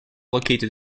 located